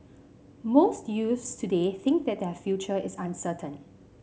most youths today think that their future is uncertain